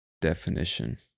definition